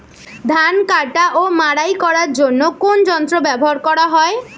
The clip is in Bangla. ধান কাটা ও মাড়াই করার জন্য কোন যন্ত্র ব্যবহার করা হয়?